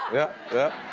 yeah, yeah,